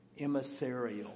emissarial